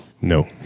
No